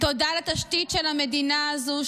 תודה על התשתית של המדינה הזו,